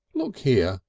look here!